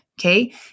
Okay